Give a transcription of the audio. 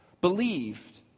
believed